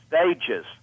stages